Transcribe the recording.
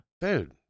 Dude